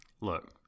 look